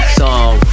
song